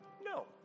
No